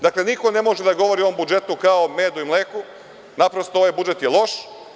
Dakle, niko ne može da govori o ovom budžetu kao o medu i mleku, naprosto ovaj budžet je loš.